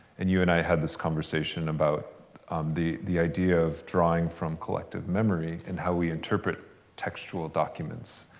and you and i had this conversation about um the the idea of drawing from collective memory and how we interpret textual documents.